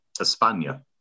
Espana